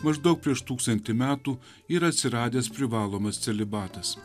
maždaug prieš tūkstantį metų yra atsiradęs privalomas celibatas